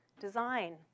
design